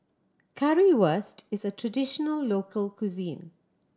currywurst is a traditional local cuisine